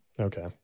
Okay